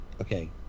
Okay